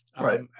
right